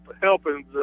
helping